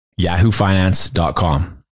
yahoofinance.com